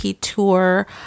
tour